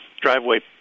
driveway